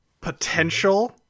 potential